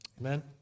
Amen